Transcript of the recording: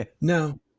no